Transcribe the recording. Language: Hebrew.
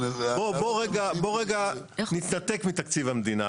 בוא רגע נתנתק מתקציב המדינה.